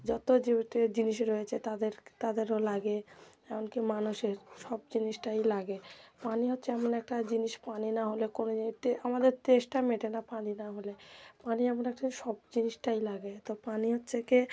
যত জীবিত জিনিস রয়েছে তাদের তাদেরও লাগে এমন কি মানুষের সব জিনিসটাই লাগে পানি হচ্ছে এমন একটা জিনিস পানি না হলে কোনো এতে আমাদের তেষ্টা মেটে না পানি না হলে পানি এমন একটা সব জিনিসটাই লাগে তো পানি হচ্চে কে